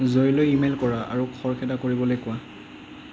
জয়লৈ email কৰা আৰু খৰখেদা কৰিবলৈ কোৱা